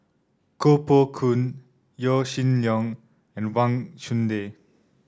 Koh Poh Koon Yaw Shin Leong and Wang Chunde